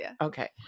Okay